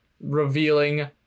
revealing